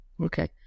Okay